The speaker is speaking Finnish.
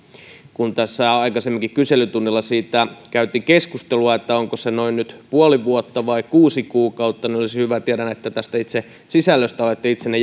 kun tässä aikaisemminkin kyselytunnilla siitä käytiin keskustelua onko se nyt noin puoli vuotta vai kuusi kuukautta niin tämä olisi hyvä tiedän että tästä itse sisällöstä olette itsenne